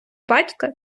батька